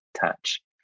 touch